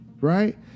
right